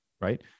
Right